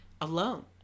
alone